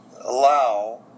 allow